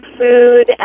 food